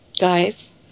guys